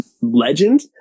legend